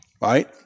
Right